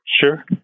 Sure